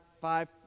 five